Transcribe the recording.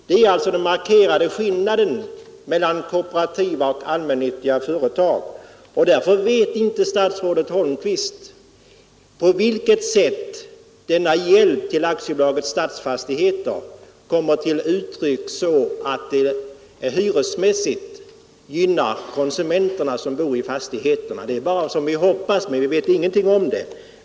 Det är alltså den markerade skillnaden gentemot kooperativa och allmännyttiga företag. Därför vet inte stats Ip till AB Stadsfastigheter skall komma till uttryck för att den hyresmässigt skall gynna människorna som bor i fastigheterna. Vi hoppas bara att det blir en hjälp, men vi vet ingenting om det.